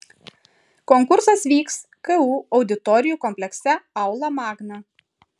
konkursas vyks ku auditorijų komplekse aula magna